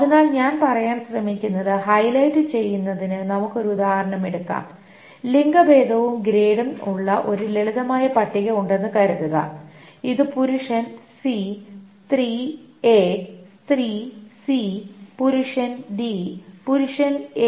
അതിനാൽ ഞാൻ പറയാൻ ശ്രമിക്കുന്നത് ഹൈലൈറ്റ് ചെയ്യുന്നതിന് നമുക്ക് ഒരു ഉദാഹരണം എടുക്കാം ലിംഗഭേദവും ഗ്രേഡും ഉള്ള ഒരു ലളിതമായ പട്ടിക ഉണ്ടെന്ന് കരുതുക ഇത് പുരുഷൻ സി സ്ത്രീ എ സ്ത്രീ സി പുരുഷൻ ഡി പുരുഷൻ എ